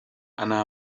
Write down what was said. أنا